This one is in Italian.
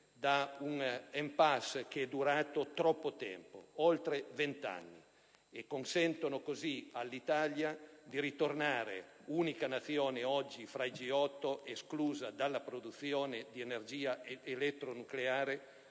da una *impasse* che è durata troppo tempo, oltre vent'anni, e consentono così all'Italia di ritornare, unica Nazione oggi fra i G8 esclusa dalla produzione di energia elettronucleare,